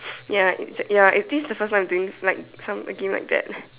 ya it ya this the first time I'm doing like some a game like that